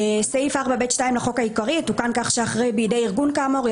"סעיף 4(ב)(2) לחוק העיקרי יתוקן כך שאחרי "בידי ארגון" כאמור,